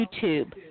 YouTube